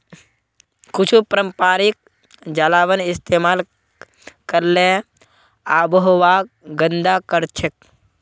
कुछू पारंपरिक जलावन इस्तेमाल करले आबोहवाक गंदा करछेक